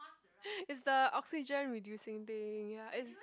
it's the oxygen reducing thing ya eh